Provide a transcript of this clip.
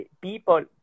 People